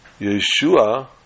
Yeshua